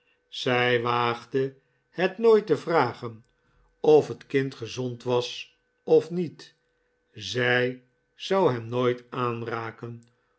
zij waagde het nooit te vragei of het kind gezond was of niet zij zou hem nooit aanraken